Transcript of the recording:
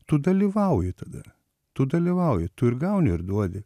tu dalyvauji tada tu dalyvauji tu ir gauni ir duodi